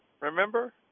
Remember